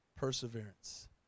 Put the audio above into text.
Perseverance